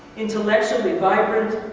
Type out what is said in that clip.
intellectually vibrant,